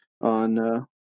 on